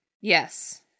Yes